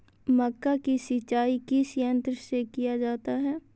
मक्का की सिंचाई किस यंत्र से किया जाता है?